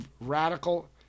radical